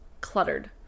cluttered